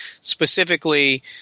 specifically